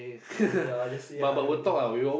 ya just say hi only